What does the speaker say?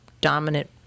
dominant